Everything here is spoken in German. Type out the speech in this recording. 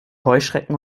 heuschrecken